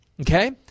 Okay